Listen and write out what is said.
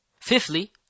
Fifthly